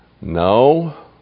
no